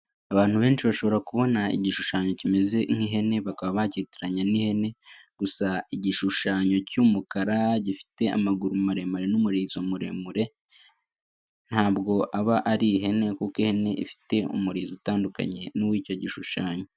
Abantu benshi bashobora kubona igishushanyo kimeze nk'ihene bakaba bakitiranya n'ihene gusa igishushanyo cy'umukara gifite amaguru maremare n'umurizo muremure ntabwo aba ari ihene kuko ihene iba ifite umurizo utandukanye n'uw'icyo gishushanyo.